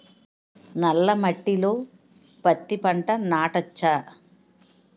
నల్ల మట్టిలో పత్తి పంట నాటచ్చా?